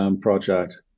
project